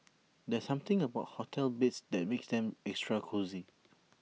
there's something about hotel beds that makes them extra cosy